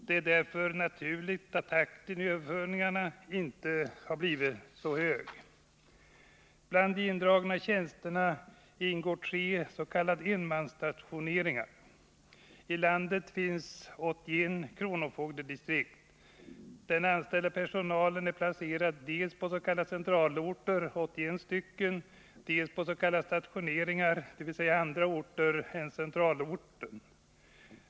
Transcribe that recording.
Det är därför naturligt att takten i överföringarna inte blir så hög. Bland de indragna tjänsterna ingår 3 vid s.k. enmansstationeringar. I landet finns 81 kronofogdedistrikt. Den anställda personalen är placerad dels pås.k. centralorter — 81 stycken — dels på s.k. stationeringar, dvs. andra orter än centralorten.